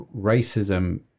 racism